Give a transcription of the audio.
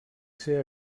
ser